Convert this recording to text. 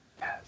Yes